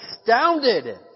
astounded